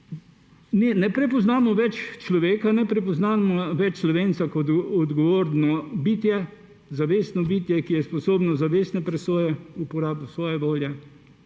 ne prepoznamo več človeka, ne prepoznamo več Slovenca kot odgovorno bitje, zavestno bitje, ki je sposobno zavestne presoje, uporabe svoje volje